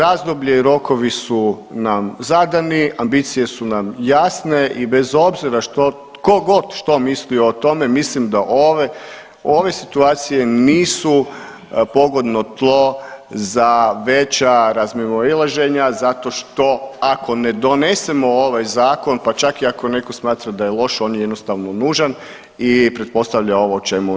Razdoblje i rokovi su nam zadani, ambicije su nam jasne i bez obzira tko god što mislio o tome mislim da ove situacije nisu pogodno tlo za veća razmimoilaženja zato što ako ne donesemo ovaj zakon, pa čak i ako netko smatra da je loš on je jednostavno nužan i pretpostavlja ovo o čemu danas govorimo.